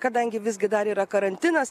kadangi visgi dar yra karantinas